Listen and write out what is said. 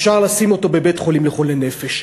אפשר לשים אותו בבית-חולים לחולי נפש,